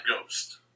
Ghost